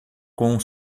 com